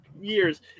years